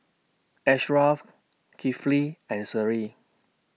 Ashraff Kifli and Seri